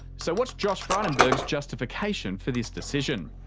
so what's josh frydenberg's justification for this decision?